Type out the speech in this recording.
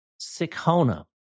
Sikhona